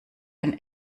ein